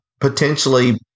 potentially